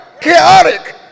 chaotic